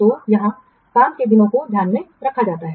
तो यहाँ काम के दिनों को ध्यान में रखा जाता है